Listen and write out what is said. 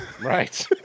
Right